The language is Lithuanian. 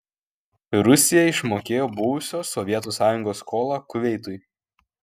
rusija išmokėjo buvusios sovietų sąjungos skolą kuveitui